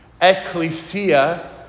ecclesia